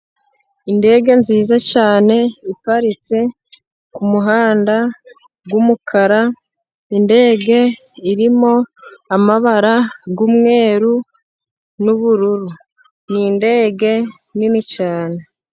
Indege nziza cyane iparitse ku muhanda w'umukara, indege irimo amabara y'umweru n'ubururu. Ni indege nini cyane.